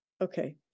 Okay